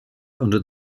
under